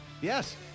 Yes